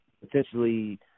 potentially